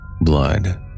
Blood